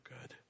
good